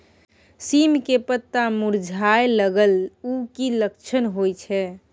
सीम के पत्ता मुरझाय लगल उ कि लक्षण होय छै?